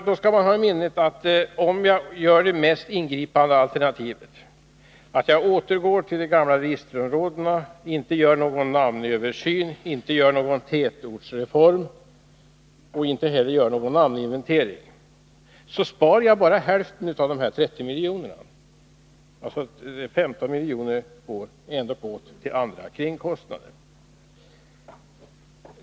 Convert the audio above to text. Om man väljer det mest ingripande alternativet, nämligen återgår till de gamla registerområdena, inte gör någon namnöversyn, inte gör någon tätortsreform och inte heller gör någon namninventering, sparar man bara hälften av dessa 30 miljoner. 15 miljoner går alltså ändå åt till kringkostnader.